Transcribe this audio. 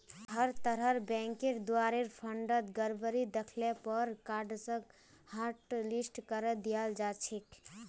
हर तरहर बैंकेर द्वारे फंडत गडबडी दख ल पर कार्डसक हाटलिस्ट करे दियाल जा छेक